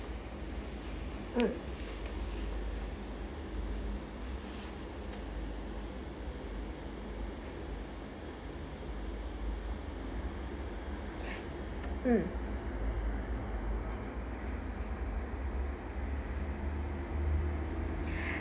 mm mm